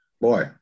boy